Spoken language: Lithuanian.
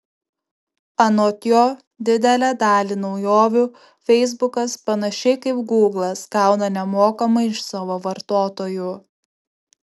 anot jo didelę dalį naujovių feisbukas panašiai kaip gūglas gauna nemokamai iš savo vartotojų